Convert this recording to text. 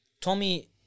Tommy